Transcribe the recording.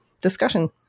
discussion